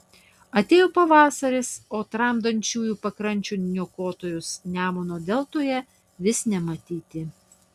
atėjo pavasaris o tramdančiųjų pakrančių niokotojus nemuno deltoje vis nematyti